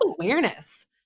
awareness